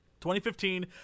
2015